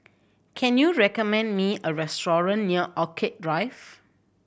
can you recommend me a restaurant near Orchid Drive